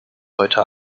heute